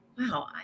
wow